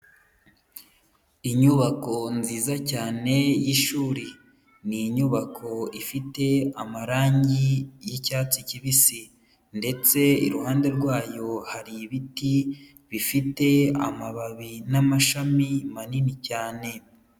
Inyubako nziza cyane y'ishuri, ni inyubako ifite amarangi y'icyatsi kibisi ndetse iruhande rwayo hari ibiti bifite amababi n'amashami manini cyane.